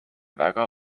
väga